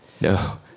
no